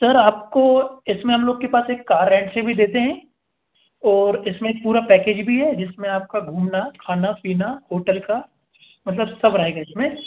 sir आपको इस में हम लोग के पास एक कार रेंट से भी देते हैं और इस में पूरा पैकेज भी है जिस में आपका घूमना खाना पीना होटल का मतलब सब रहेगा इस में